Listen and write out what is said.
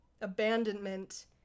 abandonment